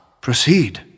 Proceed